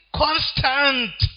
constant